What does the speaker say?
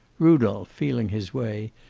rudolph, feeling his way,